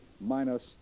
minus